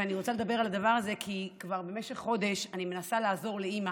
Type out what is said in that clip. ואני רוצה לדבר על הדבר הזה כי כבר במשך חודש אני מנסה לעזור לאימא,